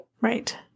Right